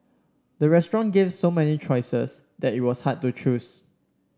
the restaurant gave so many choices that it was hard to choose